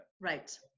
right